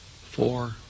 Four